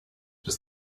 does